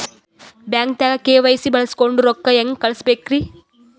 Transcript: ಬ್ಯಾಂಕ್ದಾಗ ಕೆ.ವೈ.ಸಿ ಬಳಸ್ಕೊಂಡ್ ರೊಕ್ಕ ಹೆಂಗ್ ಕಳಸ್ ಬೇಕ್ರಿ?